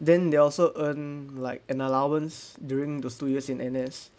then they also earn like an allowance during those two years in N_S